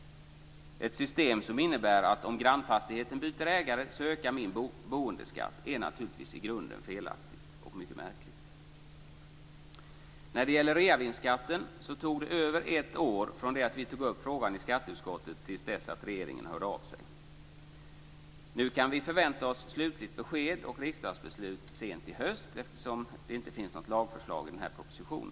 Ett system som innebär att om grannfastigheten byter ägare, så ökar min boendeskatt är naturligtvis i grunden felaktigt och mycket märkligt. När det gäller reavinstskatten tog det över ett från det att vi tog upp frågan i skatteutskottet till dess att regeringen hörde av sig. Nu kan vi förvänta oss slutligt besked och riksdagsbeslut sent i höst, eftersom det inte finns något lagförslag i denna proposition.